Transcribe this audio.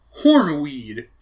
hornweed